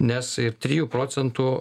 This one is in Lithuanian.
nes ir trijų procentų